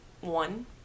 one